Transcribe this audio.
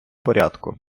порядку